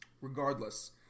regardless